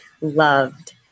loved